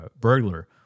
burglar